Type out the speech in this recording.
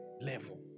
level